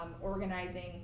organizing